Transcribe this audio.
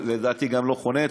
ולדעתי גם לא חונה אצלו.